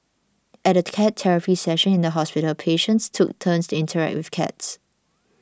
at a cat therapy session in the hospital patients took turns to interact with cats